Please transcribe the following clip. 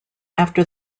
after